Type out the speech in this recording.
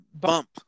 Bump